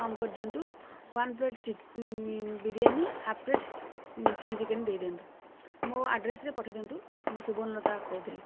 କମ୍ କରିଦିଅନ୍ତୁ one plate chicken biryani half plate chilli chicken ଦେଇଦିଅନ୍ତୁ ମୋ ଆଡ୍ରେସ୍ରେ ପଠେଇଦିଅନ୍ତୁ ମୁଁ ସୁବର୍ଣ୍ଣତା କହୁଥିଲି